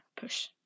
push